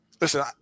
Listen